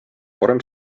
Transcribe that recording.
parem